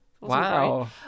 Wow